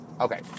Okay